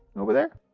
over there.